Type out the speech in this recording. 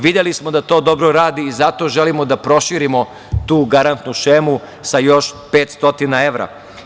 Videli smo da to dobro i zato želimo da proširimo tu garantnu šemu sa još 500 evra.